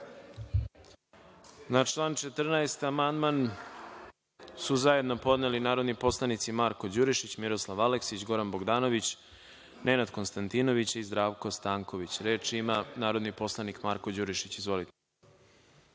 Na član 14. amandman su zajedno podneli narodni poslanici Marko Đurišić, Miroslav Aleksić, Goran Bogdanović, Nenad Konstantinović i Zdravko Stanković. Reč ima narodni poslanik Marko Đurišić. **Marko